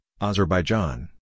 Azerbaijan